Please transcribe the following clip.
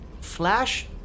flash